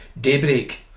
Daybreak